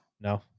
no